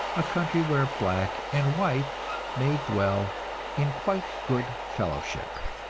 a country where black and white may dwell in quiet good fellowship.